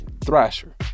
Thrasher